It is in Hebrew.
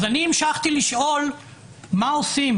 אני המשכתי לשאול מה עושים,